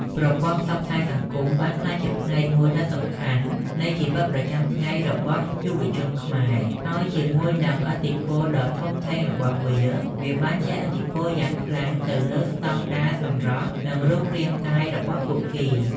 ប្រព័ន្ធផ្សព្វផ្សាយសង្គមបានក្លាយជាផ្នែកមួយដ៏សំខាន់នៃជីវិតប្រចាំថ្ងៃរបស់យុវជនខ្មែរ ហើយជាមួយនឹងឥទ្ធិពលដ៏ធំធេងរបស់វា វាបានជះឥទ្ធិពលយ៉ាងខ្លាំងទៅលើ ស្តង់ដារសម្រស់ និងរូបរាងកាយ របស់ពួកគេ។